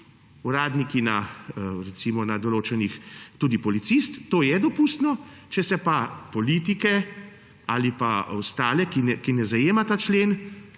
recimo na določenih …, tudi policist, to je dopustno; če se pa politike ali pa ostale, ki jih ne zajema ta člen,